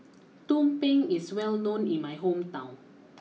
Tumpeng is well known in my hometown